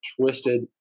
twisted